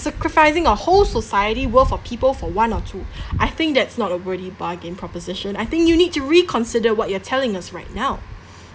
sacrificing our whole society worth of people for one or two I think that's not a worthy bargain proposition I think you need to reconsider what you're telling us right now